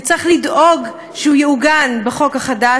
וצריך לדאוג שהוא יעוגן בחוק החדש.